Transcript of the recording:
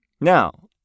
Now